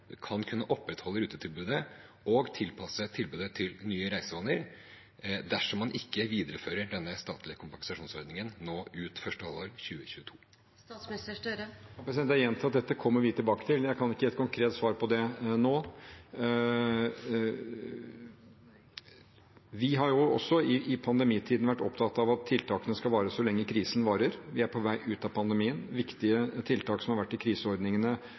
kunne opprettholde rutetilbudet og tilpasse tilbudet til nye reisevaner, dersom man ikke viderefører den statlige kompensasjonsordningen ut første halvår 2022? Jeg gjentar at vi kommer tilbake til dette. Jeg kan ikke gi et konkret svar på det nå. I pandemitiden har vi også vært opptatt av at tiltakene skal vare så lenge krisen varer. Vi er på vei ut av pandemien. Viktige tiltak som har vært i kriseordningene,